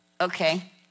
Okay